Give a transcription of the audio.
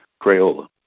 Crayola